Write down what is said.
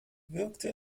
wirkte